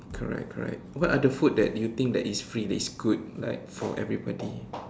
correct correct what are the food that you think that is free that is good like for everybody